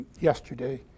yesterday